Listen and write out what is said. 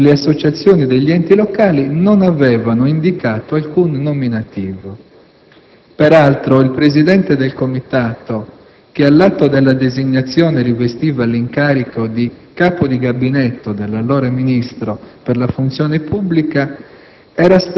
e le associazioni degli enti locali non avevano indicato alcun nominativo. Peraltro, il presidente del comitato, che all'atto della designazione rivestiva l'incarico di Capo di Gabinetto dell'allora Ministro per la funzione pubblica,